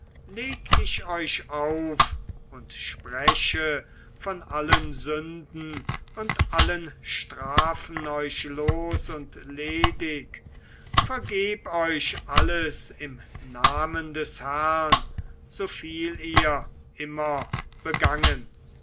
leg ich euch auf und spreche von allen sünden und allen strafen euch los und ledig vergeb euch alles im namen des herrn soviel ihr immer begangen